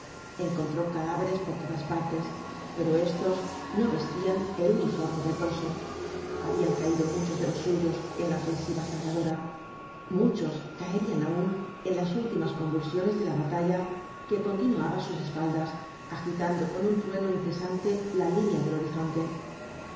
encontró cadáveres por todas partes pero éstos no vestían el uniforme verdoso habían caído muchos de los suyos en la ofensiva salvadora muchos caerían aún eu lus últimas convulsiones de la batalla que continuaba á sus espal jpplgitando con un trueno incesante la línea del horizonte